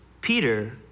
Peter